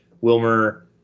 wilmer